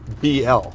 BL